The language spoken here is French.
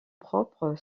propre